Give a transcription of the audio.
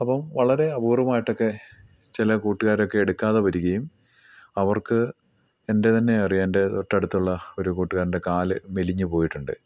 അപ്പം വളരെ അപൂർവമായിട്ട് ഒക്കെ ചില കൂട്ടുകാർ ഒക്കെ എടുക്കാതെ വരികയും അവർക്ക് എൻ്റെ തന്നെ അറിയാം എൻ്റെ തൊട്ടടുത്തുള്ള ഒരു കൂട്ടുകാരൻ്റെ കാല് മെലിഞ്ഞ് പോയിട്ടുണ്ട്